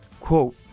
quote